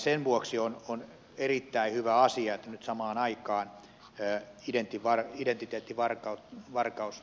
sen vuoksi on erittäin hyvä asia että nyt samaan aikaan ja jätti varakkidentiteettivarkaus varkaus